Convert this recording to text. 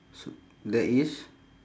sup~ that is